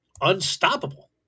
unstoppable